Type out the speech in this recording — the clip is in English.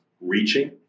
reaching